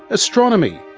astronomy,